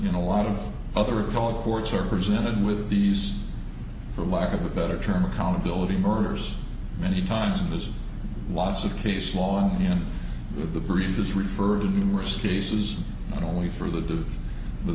in a lot of other called courts are presented with these for lack of a better term accountability murders many times and there's lots of case law in the brief is referred numerous cases not only for the